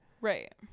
Right